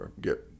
get